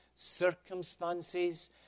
Circumstances